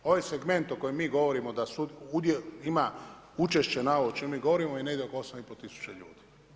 Ovaj segment o kojem mi govorimo da ima učešće na ovo o čemu mi govorimo je negdje oko 8500 ljudi.